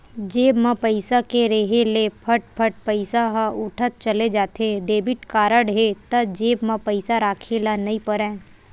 जेब म पइसा के रेहे ले फट फट पइसा ह उठत चले जाथे, डेबिट कारड हे त जेब म पइसा राखे ल नइ परय